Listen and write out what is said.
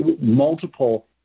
multiple